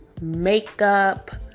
makeup